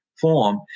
form